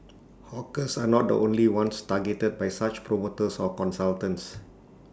hawkers are not the only ones targeted by such promoters or consultants